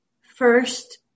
First